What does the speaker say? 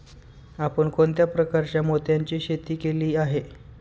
आपण कोणत्या प्रकारच्या मोत्यांची शेती केली आहे?